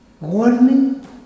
Warning